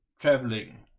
traveling